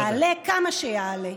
יעלה כמה שיעלה.